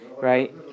right